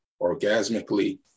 orgasmically